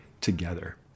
together